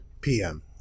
PM